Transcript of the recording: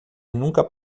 nunca